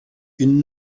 une